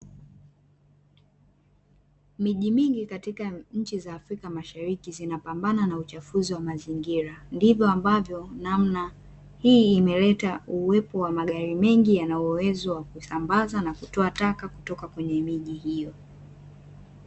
Miji mingi katika nchi za Afrika mashariki zinapambana na uchafuzi wa mazingira, ndivyo ambavyo namna hii imeleta uwepo wa magari mengi yanayoweza kusambaza na kutoa taka kutoka kwenye miji hiyo.